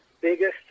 biggest